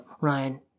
Ryan